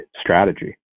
strategy